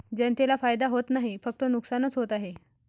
जनतेला फायदा होत नाही, फक्त नुकसानच होत आहे